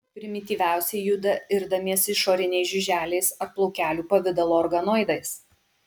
primityviausieji juda irdamiesi išoriniais žiuželiais ar plaukelių pavidalo organoidais